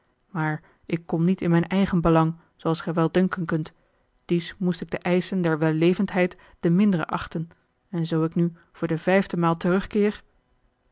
maar ik kom niet in mijn eigen belang zooals gij wel denken kunt dies moest ik de eischen der wellevendheid de minderen achten en zoo ik nu voor de vijfde maal terug